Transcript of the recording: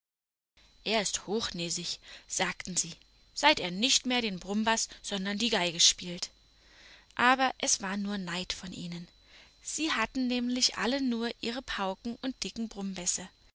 er ist hochnäsig sagten sie seit er nicht mehr den brummbaß sondern die geige spielt aber es war nur neid von ihnen sie hatten nämlich alle nur ihre pauken und dicken